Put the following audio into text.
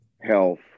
health